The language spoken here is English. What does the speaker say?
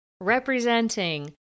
representing